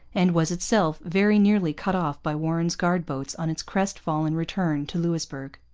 and was itself very nearly cut off by warren's guard-boats on its crest-fallen return to louisbourg.